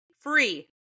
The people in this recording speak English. free